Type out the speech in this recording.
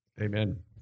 Amen